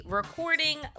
recording